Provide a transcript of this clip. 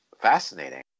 fascinating